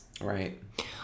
Right